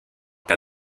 cas